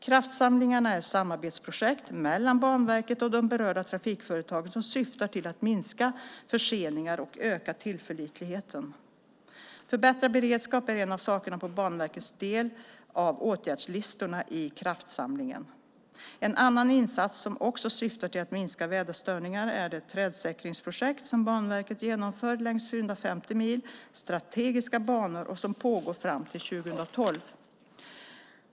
Kraftsamlingarna är samarbetsprojekt mellan Banverket och de berörda trafikföretagen som syftar till att minska förseningar och öka tillförlitligheten. Förbättrad beredskap är en av sakerna på Banverkets del av åtgärdslistorna i kraftsamlingen. En annan insats som också syftar till att minska väderstörningar är det trädsäkringsprojekt som Banverket genomför längs 450 mil strategiska banor och som pågår fram till 2012.